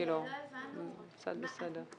כאילו, קצת בסדר.